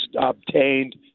obtained